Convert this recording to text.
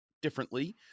differently